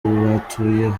batuye